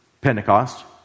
Pentecost